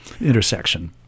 intersection